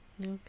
Okay